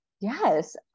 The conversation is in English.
yes